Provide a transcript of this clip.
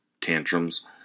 tantrums